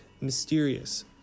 mysterious